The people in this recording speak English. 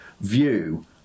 view